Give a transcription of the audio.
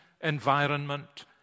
environment